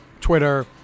Twitter